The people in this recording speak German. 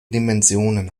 dimensionen